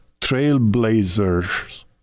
trailblazers